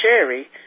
cherry